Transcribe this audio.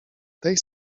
tej